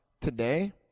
today